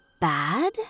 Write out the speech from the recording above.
bad